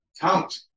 count